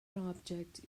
object